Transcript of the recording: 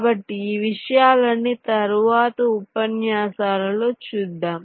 కాబట్టి ఈ విషయాలన్నీ తరువాత ఉపన్యాసాలలో చూద్దాం